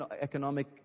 economic